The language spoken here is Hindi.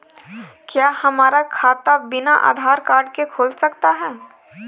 क्या हमारा खाता बिना आधार कार्ड के खुल सकता है?